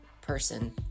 person